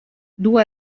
dur